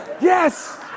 yes